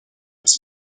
was